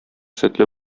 сөтле